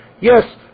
Yes